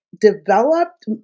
developed